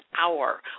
hour